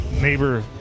neighbor